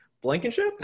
blankenship